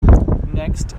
next